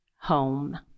home